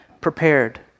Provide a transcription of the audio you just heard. prepared